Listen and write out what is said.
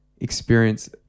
experience